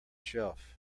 shelf